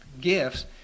gifts